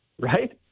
right